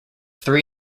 three